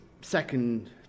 second